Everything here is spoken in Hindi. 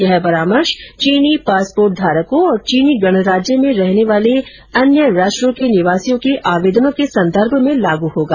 यह परामर्श चीनी पासपोर्ट धारकों और चीनी गणराज्य में रहने वाले अन्य राष्ट्रों के निवासियों के आवेदनों के संदर्भ में लागू होगा